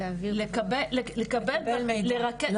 לרכז,